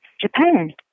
Japan